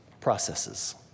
processes